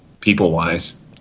people-wise